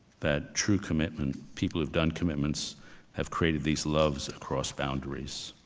that true commitment people have done. commitments have created these loves across boundaries.